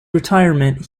retirement